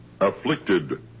afflicted